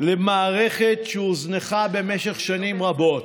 למערכת שהוזנחה במשך שנים רבות,